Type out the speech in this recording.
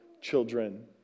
children